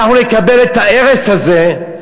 אנחנו נקבל את הארס הזה,